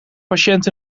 patiënt